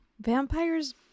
Vampires